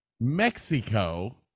Mexico